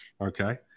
Okay